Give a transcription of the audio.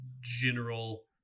general